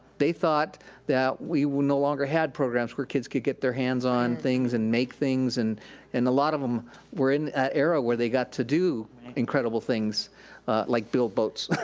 they thought that we no longer had programs where kids could get their hands on things and make things and and a lot of them were in arrow where they got to do incredible things like build boats.